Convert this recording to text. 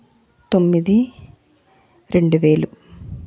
తొమ్మిది రెండువేలు